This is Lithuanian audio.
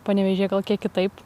panevėžyje gal kiek kitaip